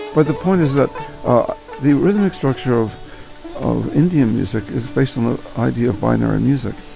but the point is that the rhythmic structure of of indian music is based on the idea of byner and music.